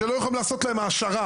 שלא יכולים לעשות להם העשרה.